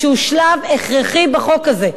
שהוא שלב הכרחי בחוק הזה.